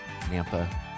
Nampa